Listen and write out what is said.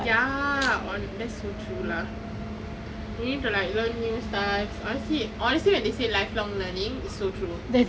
ya hon~ that's so true lah we need to like learn new stuff honestly honestly they say lifelong learning is so true